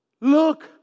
Look